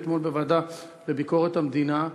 ואתמול בוועדה לביקורת המדינה.